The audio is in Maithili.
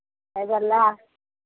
हबै लए